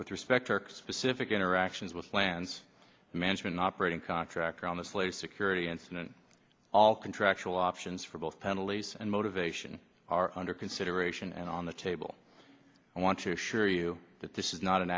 with respect to work specific interactions with plants management operating contractor on this latest security incident all contractual options for both penalties and motivation are under consideration and on the table i want to assure you that this is not an